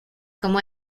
como